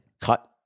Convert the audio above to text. cut